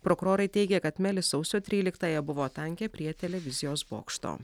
prokurorai teigė kad melis sausio tryliktąją buvo tanke prie televizijos bokšto